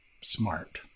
smart